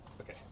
Okay